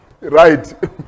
Right